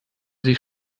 sich